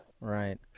right